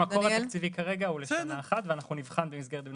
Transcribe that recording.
המקור התקציבי כרגע הוא לשנה אחת ואנחנו נבחן במסגרת דיוני